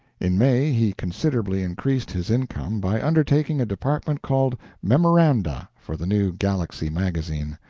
in may he considerably increased his income by undertaking a department called memoranda for the new galaxy magazine.